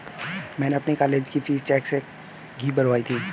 मैंने अपनी कॉलेज की फीस चेक से ही भरवाई थी